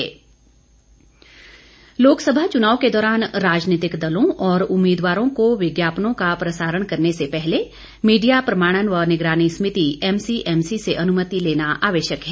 DC Una Lok Sabha चुनाव के दौरान राजनीतिक दलों और उम्मीदवारों को विज्ञापनों का प्रसारण करने से पहले मीडिया प्रमाणन व निगरानी समिति एमसीएमसी से अनुमति लेना आवश्यक है